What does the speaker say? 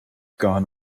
gone